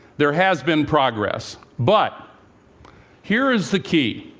there has been progress, but here is the key